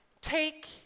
Take